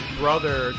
brother